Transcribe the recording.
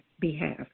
behalf